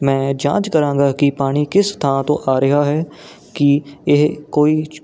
ਮੈਂ ਜਾਂਚ ਕਰਾਂਗਾ ਕਿ ਪਾਣੀ ਕਿਸ ਥਾਂ ਤੋਂ ਆ ਰਿਹਾ ਹੈ ਕਿ ਇਹ ਕੋਈ